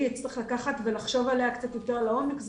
אצטרך לקחת ולחשוב עליה קצת יותר לעומק,